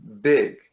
big